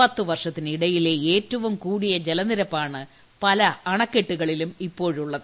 പത്ത് പ്പർഷ്ടത്തിനിടയിലെ ഏറ്റവും കൂടിയ ജലനിരപ്പാണ് പല അണ്ട്കെട്ടുകളിലും ഇപ്പോഴുള്ളത്